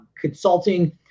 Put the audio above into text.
consulting